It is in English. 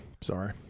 Sorry